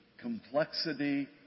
Complexity